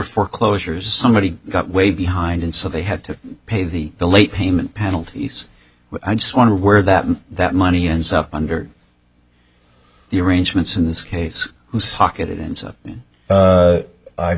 foreclosures somebody got way behind and so they had to pay the the late payment penalties i just wonder where that that money ends up under the arrangements